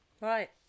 Right